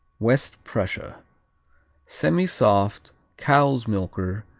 west prussia semisoft cow's-milker,